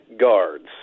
guards